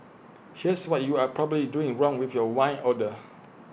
here's what you are probably doing wrong with your wine order